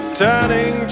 turning